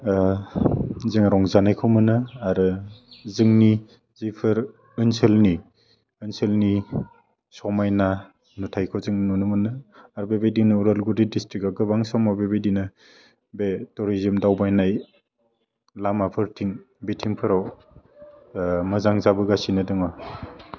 ओह जोङो रंजानायखौ मोनो आरो जोंनि जिफोर ओसोलनि ओनसोलनि समायना नुथाइखौ जों नुनो मोनो आर बेबायदिनो अदालगुरि डिसट्रिक्टआव गोबां समाव बिबायदिनो बे टरिजिम दावबायनाय लामाफोरथिं बेथिंफोराव ओह मोजां जाबोगासिनो दङ